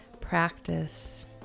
practice